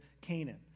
Canaan